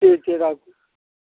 ठीक छै राखू